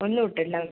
ഒന്ന് തൊട്ട് എല്ലാം